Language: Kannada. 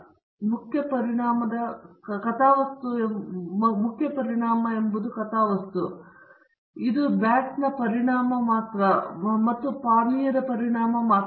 ಇದು ಮುಖ್ಯ ಪರಿಣಾಮದ ಕಥಾವಸ್ತು ಎಂದು ನೀವು ನೋಡಬಹುದು ಇದು ಬ್ಯಾಟ್ನ ಪರಿಣಾಮ ಮಾತ್ರ ಮತ್ತು ಪಾನೀಯದ ಪರಿಣಾಮ ಮಾತ್ರ